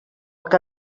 que